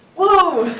whoa.